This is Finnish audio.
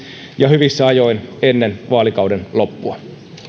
ja hyvissä ajoin ennen vaalikauden loppua